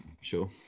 Sure